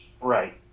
Right